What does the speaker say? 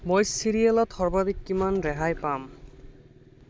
মই চিৰিয়েলত সৰ্বাধিক কিমান ৰেহাই পাম